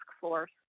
Force